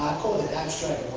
i call it abstract